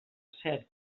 cert